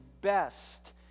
best